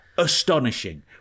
Astonishing